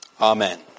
Amen